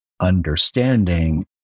understanding